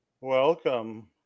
Welcome